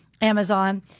Amazon